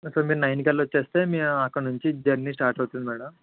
ఇక్కడ మీరు నైన్ కల్లా వచ్చేస్తే మీ అక్కడ నుంచి జర్నీ స్టార్ట్ అవుతుంది మ్యాడం